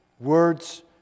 words